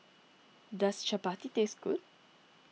does Chapati taste good